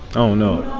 don't know.